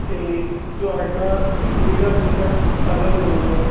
ਅਤੇ ਤੁਹਾਡਾ ਬਿਜਲੀ ਦਾ ਮੀਟਰ ਅਲੱਗ ਹੋਊਗਾ